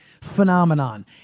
phenomenon